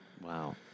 Wow